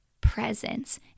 presence